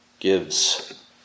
gives